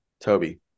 Toby